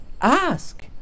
ask